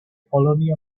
colony